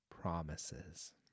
promises